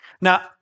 Now